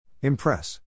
Impress